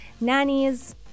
nannies